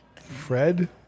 Fred